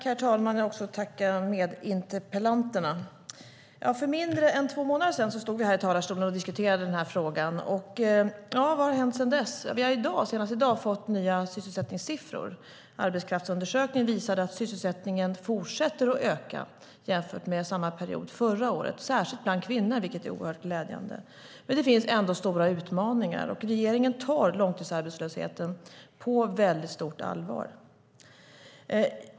Herr talman! För mindre än två månader sedan stod jag här i talarstolen och diskuterade den här frågan. Vad har hänt sedan dess? Vi har senast i dag fått nya sysselsättningssiffror. Arbetskraftsundersökningen visade att sysselsättningen fortsätter att öka jämfört med samma period förra året, särskilt bland kvinnor, vilket är oerhört glädjande. Men det finns ändå stora utmaningar, och regeringen tar långtidsarbetslösheten på väldigt stort allvar.